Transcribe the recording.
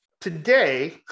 Today